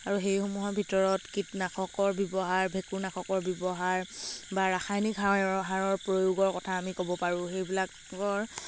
আৰু সেইসমূহৰ ভিতৰত কীটনাশকৰ ব্যৱহাৰ ভেকুৰনাশকৰ ব্যৱহাৰ বা ৰাসায়নিক সাৰৰ প্ৰয়োগৰ কথা আমি ক'ব পাৰোঁ সেইবিলাকৰ